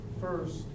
First